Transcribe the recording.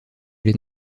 les